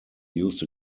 used